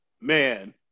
Man